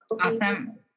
Awesome